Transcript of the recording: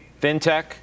FinTech